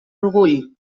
orgull